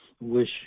wish